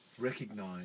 recognize